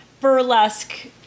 burlesque